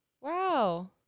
Wow